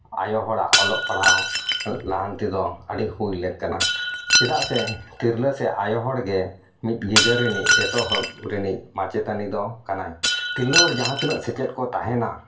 ᱟᱭᱳ ᱦᱚᱲᱟᱜ ᱚᱞᱚᱜ ᱯᱟᱲᱦᱟᱣ ᱞᱟᱦᱟᱱᱛᱤ ᱫᱚ ᱟᱹᱰᱤ ᱦᱩᱭ ᱞᱮᱜ ᱠᱟᱱᱟ ᱪᱮᱫᱟᱜ ᱥᱮ ᱛᱤᱨᱞᱟᱹ ᱥᱮ ᱟᱭᱳ ᱦᱚᱲᱜᱮ ᱢᱤᱫ ᱜᱤᱫᱟᱹᱨ ᱨᱤᱱᱤᱡ ᱮᱛᱚᱦᱚᱵ ᱨᱮᱱᱤᱡ ᱢᱟᱪᱮᱛᱟᱱᱤ ᱫᱚ ᱠᱟᱱᱟᱭ ᱛᱤᱨᱞᱟᱹ ᱦᱚᱲ ᱡᱟᱦᱟᱸ ᱛᱤᱱᱟᱹᱜ ᱥᱮᱪᱮᱫ ᱠᱚ ᱛᱟᱦᱮᱱᱟ